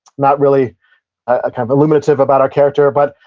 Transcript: not really ah kind of illuminative about our character but,